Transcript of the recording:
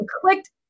clicked